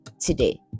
today